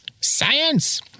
Science